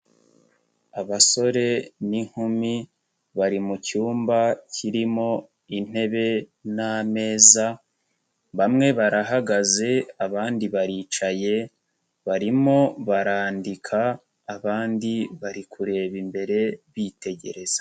Abasore n'inkumi bari mu cyumba kirimo intebe n'ameza, bamwe barahagaze abandi baricaye, barimo barandika abandi bari kureba imbere bitegereza.